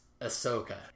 Ahsoka